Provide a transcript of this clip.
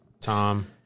Tom